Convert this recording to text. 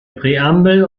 präambel